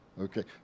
Okay